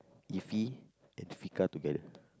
iffy and Fiqah together